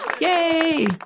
yay